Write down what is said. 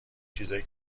چیزای